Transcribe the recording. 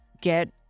get